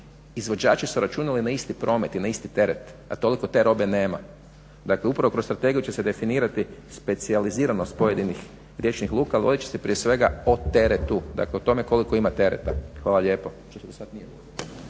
izvođači su računali na isti promet i na isti teret a toliko te robe nema. Dakle upravo kroz strategiju će se definirati specijaliziranost pojedinih riječnih luka ali vodit će se prije svega o teretu, dakle o tome koliko ima tereta. Hvala lijepo.